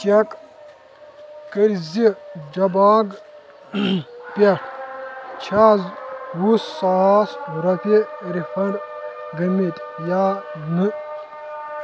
check کٔرۍ زِ جباگ پٮ۪ٹھ چھا وُہ ساس رۄپیہِ رِفنڑ گٔمٕتۍ یا نہٕ